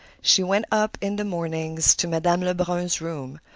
she went up in the mornings to madame lebrun's room,